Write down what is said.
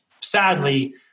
sadly